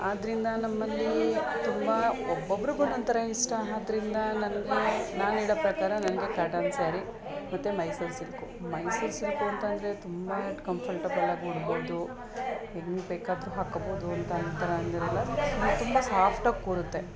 ಆದ್ದರಿಂದ ನಮ್ಮಲ್ಲಿ ತುಂಬ ಒಬ್ಬೊಬ್ರಿಗೆ ಒನ್ನೊಂತರ ಇಷ್ಟ ಆದ್ರಿಂದ ನನಗೆ ನಾನ್ಹೇಳೊ ಪ್ರಕಾರ ನನಗೆ ಕಾಟನ್ ಸ್ಯಾರಿ ಮತ್ತು ಮೈಸೂರು ಸಿಲ್ಕು ಮೈಸೂರು ಸಿಲ್ಕು ಅಂತಂದರೆ ತುಂಬ ಕಂಫರ್ಟಬಲ್ಲಾಗೂ ಉಡ್ಬೌದು ಹೇಗ್ ಬೇಕಾದರೂ ಹಾಕ್ಕೊಬೋದು ಅಂತ ಅಂದಿರಲ್ಲ ತುಂಬ ಸಾಫ್ಟಾಗಿ ಕೂರುತ್ತೆ